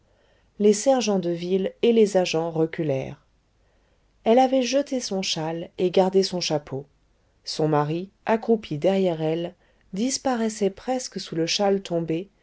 les sergents de ville et les agents reculèrent elle avait jeté son châle et gardé son chapeau son mari accroupi derrière elle disparaissait presque sous le châle tombé